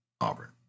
Auburn